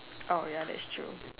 oh ya that's true